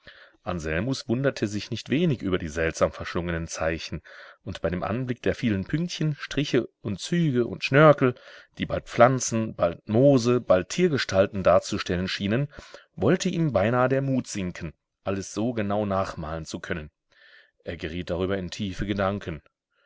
anselmus wunderte sich nicht wenig über die seltsam verschlungenen zeichen und bei dem anblick der vielen pünktchen striche und züge und schnörkel die bald pflanzen bald mose bald tiergestalten darzustellen schienen wollte ihm beinahe der mut sinken alles so genau nachmalen zu können er geriet darüber in tiefe gedanken